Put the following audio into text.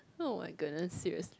oh my goodness serious